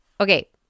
Okay